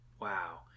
Wow